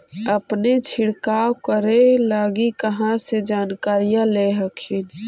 अपने छीरकाऔ करे लगी कहा से जानकारीया ले हखिन?